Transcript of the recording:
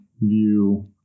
view